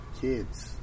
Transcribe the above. kids